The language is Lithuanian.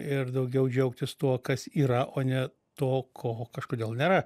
ir daugiau džiaugtis tuo kas yra o ne to ko kažkodėl nėra